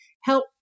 help